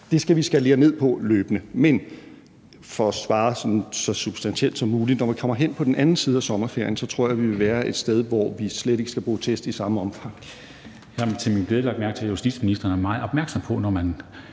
Vi skal skalere ned på det løbende, men for at svare så substantielt som muligt vil jeg sige, at når vi kommer hen på den anden side af sommerferien, så tror jeg, at vi vil være et sted, hvor vi slet ikke skal bruge test i samme omfang.